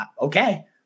okay